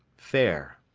fair.